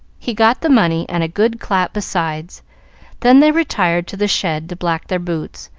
he got the money and a good clap beside then they retired to the shed to black their boots,